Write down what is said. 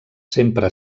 sempre